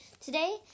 Today